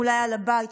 אולי על הבית,